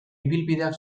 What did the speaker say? ibilbideak